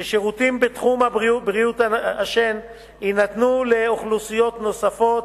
ששירותים בתחום בריאות השן יינתנו לאוכלוסיות נוספות,